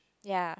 ya